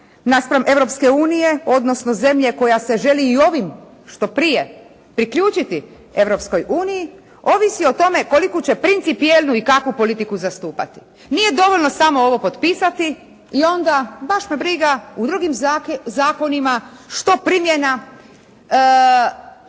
unije odnosno zemlje koja se želi i ovim što prije priključiti Europskoj uniji ovisi o tome koliku će principijelnu i kakvu politiku zastupati. Nije dovoljno samo ovo potpisati i onda baš me briga u drugim zakonima što primjena